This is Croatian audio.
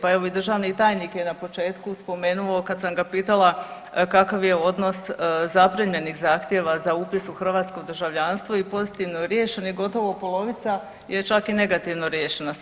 Pa evo i državni tajnik je na početku spomenuo kad sam ga pitala kakav je odnos zaprimljenih zahtjeva za upis u hrvatsko državljanstvo i pozitivno riješeni gotovo polovica je čak i negativno riješeni su.